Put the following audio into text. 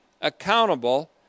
accountable